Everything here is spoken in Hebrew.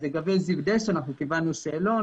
לגבי זיו דשא קיבלנו שאלון,